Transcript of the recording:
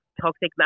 toxic